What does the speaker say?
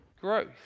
growth